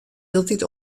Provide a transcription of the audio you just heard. hieltyd